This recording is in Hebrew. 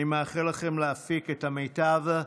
אני מאחל לכם להפיק את המיטב.